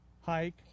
hike